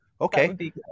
Okay